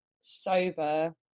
sober